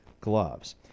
gloves